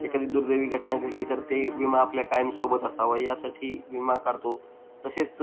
एखादी दुर्दैवी घटना घडली तर ते विमा आपल्या कायम सोबत असावं यासाठी विमा काढतो तसेच